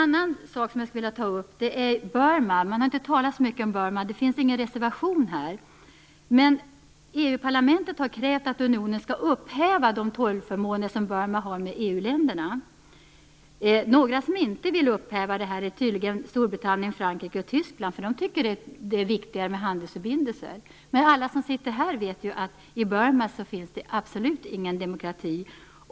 Jag skulle också vilja ta upp Burma. Man har inte talat så mycket om Burma, och det finns ingen reservation här. Men EU-parlamentet har krävt att unionen skall upphäva de tullförmåner som Burma har med EU-länderna. Några länder som tydligen inte vill upphäva dessa förmåner är Storbritannien, Frankrike och Tyskland, för de tycker att det är viktigare med handelsförbindelser. Men alla som sitter här vet att det i Burma absolut inte finns någon demokrati.